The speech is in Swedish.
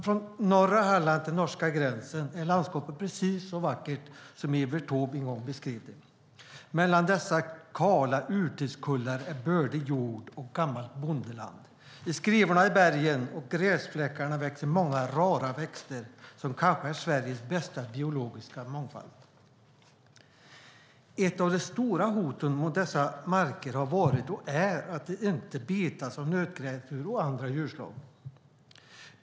Från norra Halland till norska gränsen är landskapet precis så vackert som Evert Taube en gång beskrev det: "Mellan dessa kala urtidskullar är bördig jord och gammalt bondeland." I skrevorna i bergen och gräsfläckarna växer många rara växter som kanske är Sveriges bästa biologiska mångfald. Ett av de stora hoten mot dessa marker har varit och är att de inte betas av nötkreatur och andra djurslag.